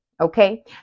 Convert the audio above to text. okay